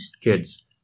kids